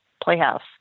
playhouse